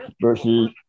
Versus